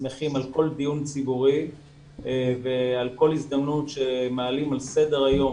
שמחים על כל דיון ציבורי ועל כל הזדמנות שמעלים על סדר-היום